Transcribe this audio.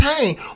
pain